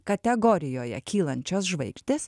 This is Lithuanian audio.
kategorijoje kylančios žvaigždės